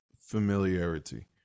familiarity